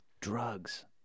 drugs